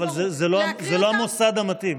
אבל זה לא המוסד המתאים.